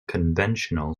conventional